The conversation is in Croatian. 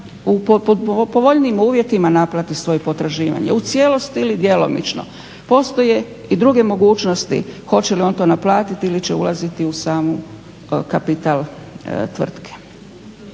po povoljnijim uvjetima naplati svoje potraživanje, u cijelosti ili djelomično. Postoje i druge mogućnosti hoće li on to naplatiti ili će ulaziti u sam kapital tvrtke.